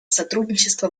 сотрудничества